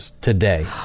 today